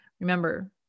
Remember